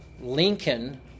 Lincoln